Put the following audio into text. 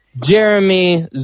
Jeremy